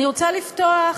אני רוצה לפתוח